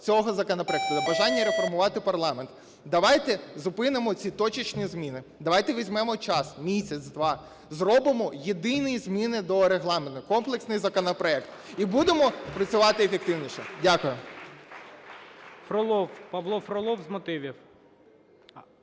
цього законопроекту, до питання реформувати парламент. Давайте зупинимо ці точечні зміни. Давайте візьмемо час: місяць-два, зробимо єдині зміни до Регламенту, комплексний законопроект і будемо працювати ефективніше. Дякую.